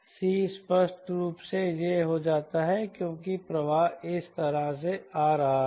C स्पष्ट रूप से यह हो जाता है क्योंकि प्रवाह इस तरह से आ रहा है